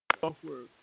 software